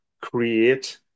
create